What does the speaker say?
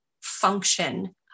function